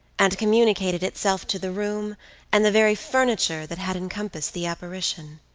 and communicated itself to the room and the very furniture that had encompassed the apparition.